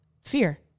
fear